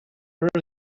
earth